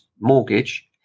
mortgage